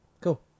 cool